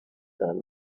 than